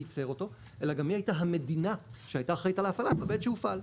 יצר אותו אלא גם מי הייתה המדינה שהייתה אחראית על ההפעלה בעת שהופעל?